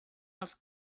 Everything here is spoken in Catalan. els